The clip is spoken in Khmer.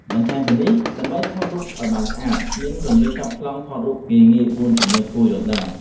បន្ថែមពីនេះ ដើម្បីថតរូបឱ្យបានស្អាត មានគន្លឹះចាប់ប្លង់ថតរូបងាយៗ ៤ចំណុចដែលគួរយល់ដឹង។